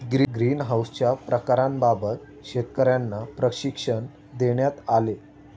ग्रीनहाउसच्या प्रकारांबाबत शेतकर्यांना प्रशिक्षण देण्यात आले